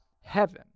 heaven